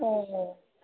ꯑꯣ